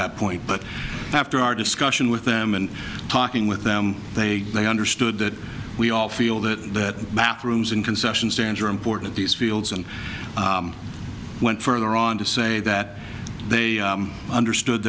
that point but after our discussion with them and talking with them they they understood that we all feel that bathrooms and concession stands are important these fields and went further on to say that they understood